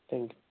thank you